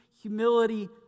humility